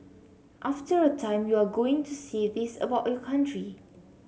after a time you are going to say this about your country